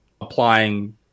applying –